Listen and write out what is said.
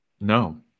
no